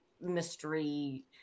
mystery